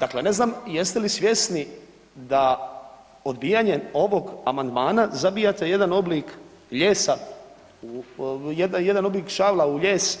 Dakle, ne znam jeste li svjesni da odbijanjem ovog amandmana zabijate jedan oblik lijesa, jedan oblik čavla u lijes